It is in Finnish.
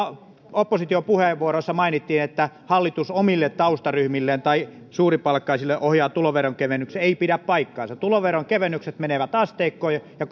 opposition puheenvuoroissa mainittiin että hallitus omille taustaryhmilleen tai suuripalkkaisille ohjaa tuloveron kevennykset ei pidä paikkaansa tuloveron kevennykset menevät asteikkoihin ja